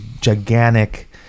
gigantic